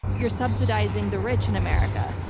you're subsidizing the rich in america,